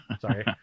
sorry